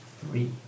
Three